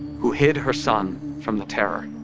who hid her son from the terror